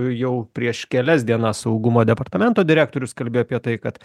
jau prieš kelias dienas saugumo departamento direktorius kalbėjo apie tai kad